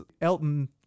Elton